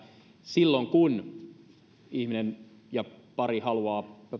silloin kun pari haluaa